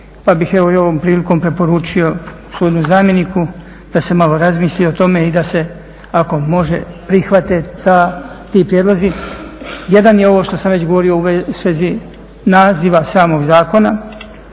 pa bih i ovom prilikom preporučio gospodinu zamjeniku da se malo razmisli o tome i da se ako može prihvate ti prijedlozi. Jedan je ovo što sam već govorio u svezi naziva samog zakona.